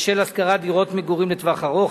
בשל השכרת דירות מגורים לטווח ארוך),